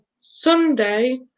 Sunday